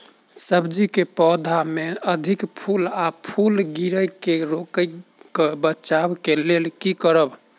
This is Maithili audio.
सब्जी कऽ पौधा मे अधिक फूल आ फूल गिरय केँ रोकय कऽ लेल की करब?